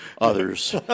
others